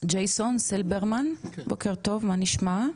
ג'ייסון סילברמן, בוקר טוב, מה שלומך?